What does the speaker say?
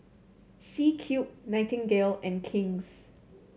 C Cube Nightingale and King's